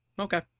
Okay